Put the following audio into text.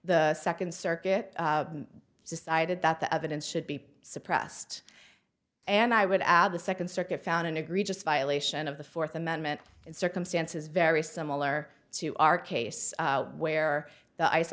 the second circuit decided that the evidence should be suppressed and i would add the second circuit found an egregious violation of the fourth amendment in circumstances very similar to our case where the ice